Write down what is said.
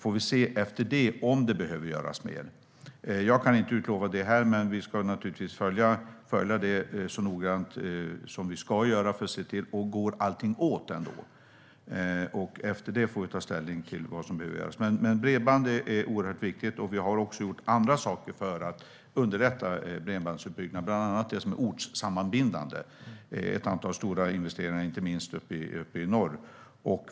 Sedan får vi se om det behöver göras mer. Jag kan inte utlova det här, men vi ska naturligtvis följa detta så noggrant som vi ska göra för att se om allt går åt. Efter det får vi ta ställning till vad som behöver göras. Bredband är oerhört viktigt. Vi har också gjort andra saker för att underlätta bredbandsutbyggnad, bland annat det som är ortssammanbindande. Det handlar om ett antal stora investeringar, inte minst uppe i norr.